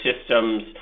systems